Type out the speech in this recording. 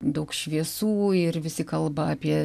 daug šviesų ir visi kalba apie